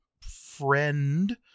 friend